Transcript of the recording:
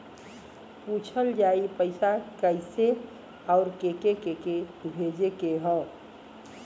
पूछल जाई पइसा कैसे अउर के के भेजे के हौ